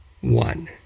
one